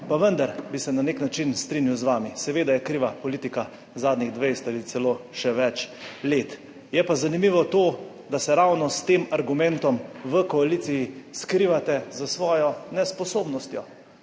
pa vendar bi se na nek način strinjal z vami. Seveda je kriva politika zadnjih 20 ali celo še več let, je pa zanimivo to, da se ravno s tem argumentom v koaliciji skrivate za svojo nesposobnostjo.